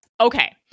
Okay